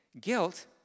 Guilt